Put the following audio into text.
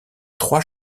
trois